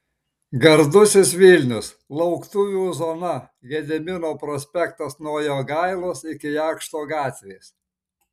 gardusis vilnius lauktuvių zona gedimino prospektas nuo jogailos iki jakšto gatvės